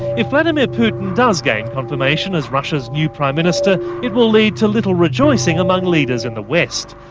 if vladimir putin does gain confirmation as russia's new prime minister, it will lead to little rejoicing among leaders in the west.